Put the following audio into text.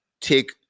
take